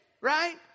Right